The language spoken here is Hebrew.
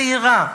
צעירה,